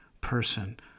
person